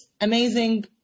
amazing